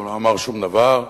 הוא לא אמר שום דבר,